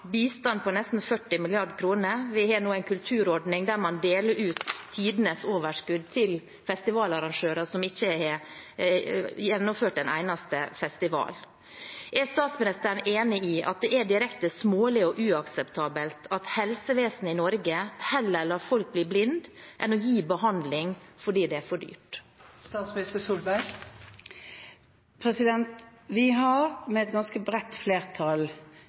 bistand på nesten 40 mrd. kr, og vi har nå en kulturordning der man deler ut tidenes overskudd til festivalarrangører som ikke har gjennomført en eneste festival. Er statsministeren enig i at det er direkte smålig og uakseptabelt at helsevesenet i Norge heller lar folk bli blinde enn å gi behandling, fordi det er for dyrt? Vi har med et ganske bredt flertall